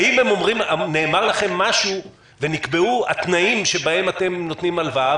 האם נאמר לכם משהו ונקבעו התנאים שבהם אתם נותנים הלוואה?